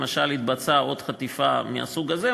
למשל התבצעה עוד חטיפה מהסוג הזה,